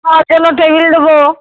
খাওয়ার জন্য টেবিল দেব